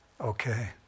Okay